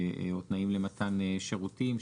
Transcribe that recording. או תנאים למתן שירותים,